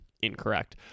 incorrect